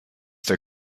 der